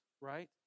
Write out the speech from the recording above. right